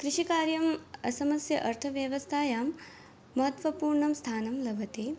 कृषिकार्यम् असमस्य अर्थव्यवस्थायां महत्त्वपूर्णं स्थानं लभते